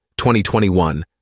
2021